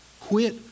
Quit